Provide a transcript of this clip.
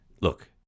look